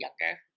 younger